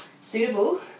suitable